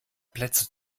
plätze